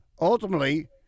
ultimately